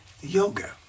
Yoga